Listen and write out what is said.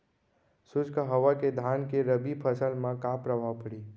शुष्क हवा के धान के रबि फसल मा का प्रभाव पड़ही?